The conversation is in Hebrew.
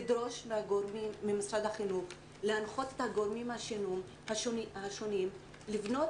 לדרוש ממשרד החינוך להנחות את הגורמים השונים לבנות